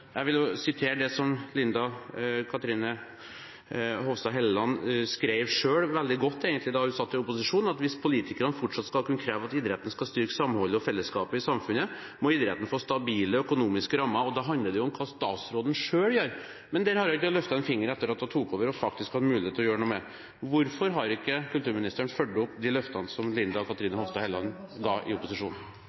Jeg vil referere til det som Linda C. Hofstad Helleland selv skrev, veldig godt, egentlig, da hun var i opposisjon: Hvis politikerne fortsatt skal kunne kreve at idretten skal styrke samholdet og fellesskapet i samfunnet, må idretten få stabile økonomiske rammer. Det handler om hva statsråden selv gjør. Men hun har ikke løftet en finger etter at hun tok over, og hun faktisk har hatt mulighet til å gjøre noe med det. Hvorfor har ikke kulturministeren fulgt opp de løftene som Linda C. Hofstad Helleland ga i opposisjon?